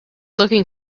looking